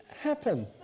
happen